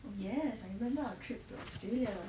oh yes I remember a trip to australia